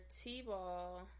T-ball